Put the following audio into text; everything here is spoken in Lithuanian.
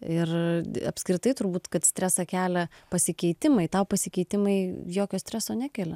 ir apskritai turbūt kad stresą kelia pasikeitimai tau pasikeitimai jokio streso nekelia